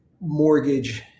mortgage